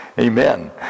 Amen